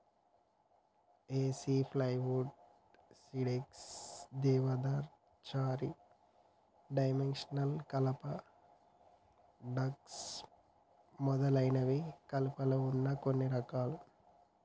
ఏసి plywood, CDX, దేవదారు, cherry, dimensional కలప, Douglas మొదలైనవి కలపలో వున్న కొన్ని రకాలు